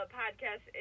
podcast